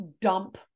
dump